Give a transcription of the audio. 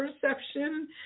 perception